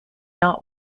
not